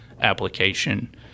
application